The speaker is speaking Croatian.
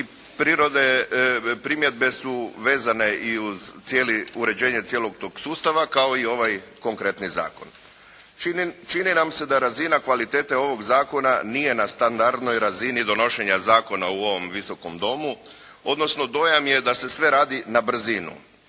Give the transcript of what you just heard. i primjedbe su vezane i uz uređenje cijelog tog sustava kao i ovaj konkretni zakon. Čini nam se da razina kvalitete ovog zakona nije na standardnoj razini donošenja zakona u ovom Visokom domu, odnosno dojam je da se sve radi na brzinu.